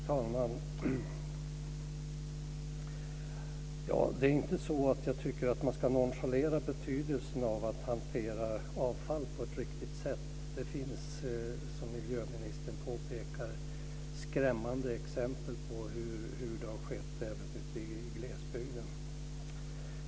Fru talman! Det är inte så att jag tycker att man ska nonchalera betydelsen av att hantera avfall på ett riktigt säkert sätt. Det finns, som miljöministern påpekade, skrämmande exempel på hur detta har skett ute i glesbygden.